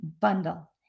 bundle